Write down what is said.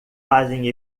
fazem